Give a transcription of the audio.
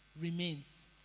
remains